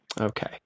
Okay